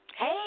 Hey